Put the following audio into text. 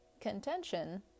contention